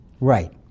Right